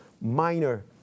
minor